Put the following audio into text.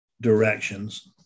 directions